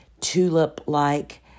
tulip-like